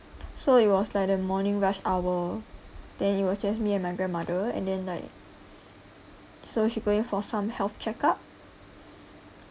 so it was like the morning rush hour then it was just me and my grandmother and then like so she going for some health checkup